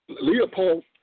Leopold